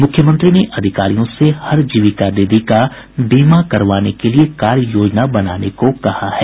मुख्यमंत्री ने अधिकारियों से हर जीविका दीदी का बीमा करवाने के लिये कार्ययोजना बनाने को भी कहा है